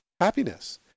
happiness